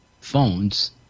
phones